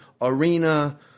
arena